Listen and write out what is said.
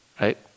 right